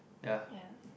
ya